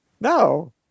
No